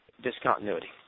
discontinuity